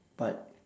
but